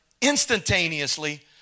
instantaneously